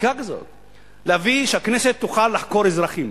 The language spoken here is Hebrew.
בחקיקה כזאת, להביא שהכנסת תוכל לחקור אזרחים.